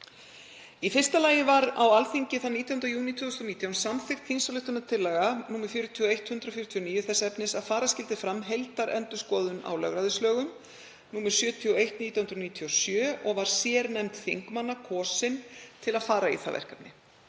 Í fyrsta lagi var á Alþingi þann 19. júní 2019 samþykkt þingsályktunartillaga, nr. 41/149, þess efnis að fara skyldi fram heildarendurskoðun á lögræðislögum, nr. 71/1997, og var sérnefnd þingmanna kosin til að fara í það verkefni.